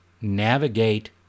navigate